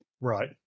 Right